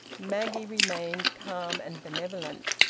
maggie remained calm and benevolent.